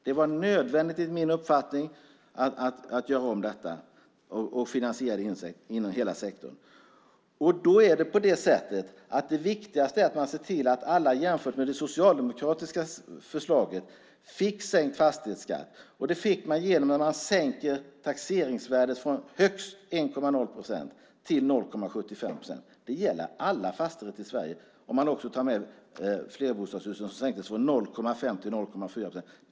Det var enligt min uppfattning nödvändigt att göra om detta och finansiera det inom hela sektorn. Det viktigaste är att man ser till att alla, jämfört med det socialdemokratiska förslaget, fick sänkt fastighetsskatt. Det fick man genom att man sänker skatten på taxeringsvärdet från högst 1,0 procent till 0,75 procent. Det gäller alla fastigheter i Sverige om man också tar med flerbostadshusen som sänktes från 0,5 till 0,4 procent.